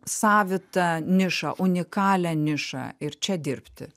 savitą nišą unikalią nišą ir čia dirbti